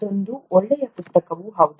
ಅದೊಂದು ಒಳ್ಳೆಯ ಪುಸ್ತಕವೂ ಹೌದು